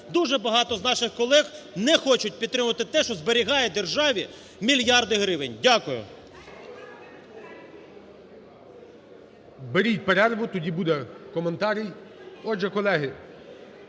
дуже багато з наших колег не хочуть підтримувати те, що зберігає державі мільярди гривень. Дякую. ГОЛОВУЮЧИЙ. Беріть перерву, тоді буде коментар. Отже, колеги…